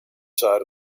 side